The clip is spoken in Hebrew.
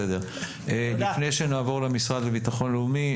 לפני שנעבור למשרד לביטחון לאומי,